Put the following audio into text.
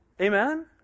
amen